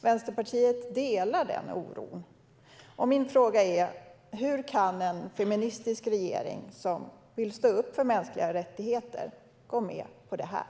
Vänsterpartiet delar Amnestys oro, och min fråga är: Hur kan en feministisk regering som vill stå upp för mänskliga rättigheter gå med på det här?